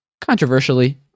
controversially